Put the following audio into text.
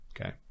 Okay